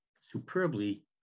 superbly